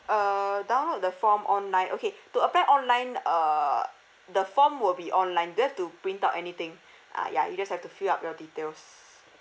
uh download the form online okay to apply online uh the form will be online don't have to print out anything ah ya you just have to fill up your details